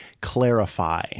clarify